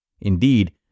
Indeed